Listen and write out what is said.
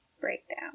breakdown